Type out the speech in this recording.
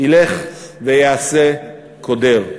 ילך וייעשה קודר.